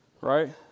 right